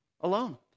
alone